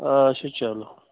آچھا چَلو